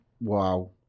Wow